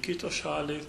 kito šaliai